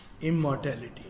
immortality